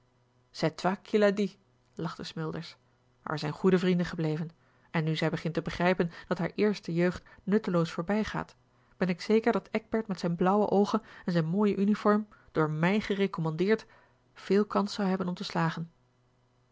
lachte smilders maar wij zijn goede vrienden gebleven en nu zij begint te begrijpen dat hare eerste jeugd nutteloos voorbijgaat ben ik zeker dat eckbert met zijn blauwe oogen en zijn mooie uniform door mij gerecommandeerd veel kans zou hebben om te slagen